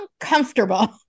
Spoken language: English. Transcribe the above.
uncomfortable